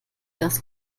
das